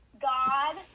god